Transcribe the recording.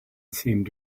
seemed